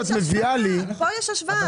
כשאת מביאה לי --- פה יש השוואה.